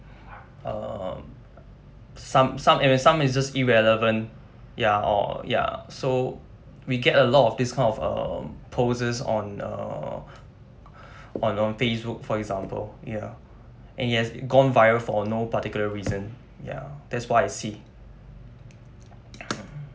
um some some are some is just irrelevant ya or ya so we get a lot of this kind of um poses on err on on Facebook for example ya and it has gone viral for no particular reason ya that's what I see